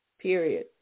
Period